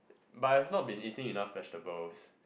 but I have not been eating enough vegetables